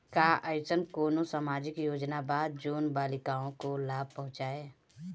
का अइसन कोनो सामाजिक योजना बा जोन बालिकाओं को लाभ पहुँचाए?